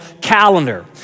calendar